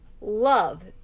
love